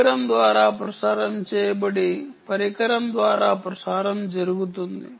పరికరం ద్వారా ప్రసారం చేయబడి పరికరం ద్వారా ప్రసారం జరుగుతుంది